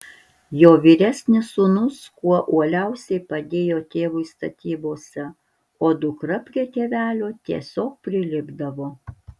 jo vyresnis sūnus kuo uoliausiai padėjo tėvui statybose o dukra prie tėvelio tiesiog prilipdavo